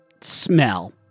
smell